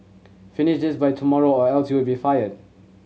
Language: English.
finish this by tomorrow or else you'll be fired